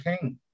king